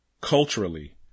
culturally